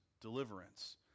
deliverance